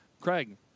Craig